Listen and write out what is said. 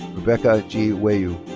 rebeccha g. wayu.